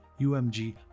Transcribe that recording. UMG